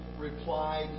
replied